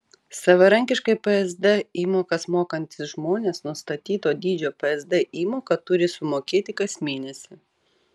savarankiškai psd įmokas mokantys žmonės nustatyto dydžio psd įmoką turi sumokėti kas mėnesį